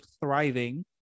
thriving